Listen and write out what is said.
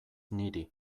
niri